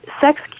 sex